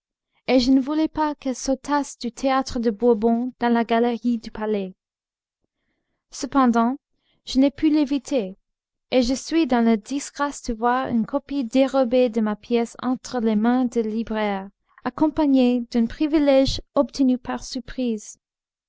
et je ne voulais pas qu'elles sautassent du théâtre de bourbon dans la galerie du palais cependant je n'ai pu l'éviter et je suis dans la disgrâce de voir une copie dérobée de ma pièce entre les mains des libraires accompagnée d'un privilège obtenu par surprise